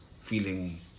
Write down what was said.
feeling